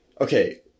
okay